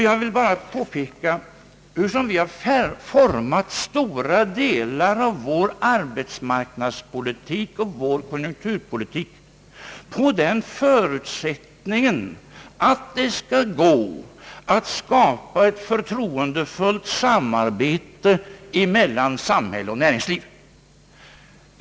Jag vill bara framhålla hurusom vi har format stora delar av vår arbetsmarknadspolitik och vår konjunkturpolitik på den förutsättningen att det skall gå att skapa ett förtroendefullt samarbete mellan samhälle och näringsliv.